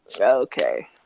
okay